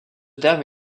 terme